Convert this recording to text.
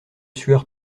sueur